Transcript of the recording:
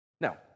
now